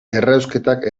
errausketak